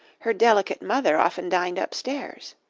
her delicate mother often dined upstairs.